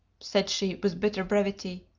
said she, with bitter brevity.